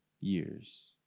years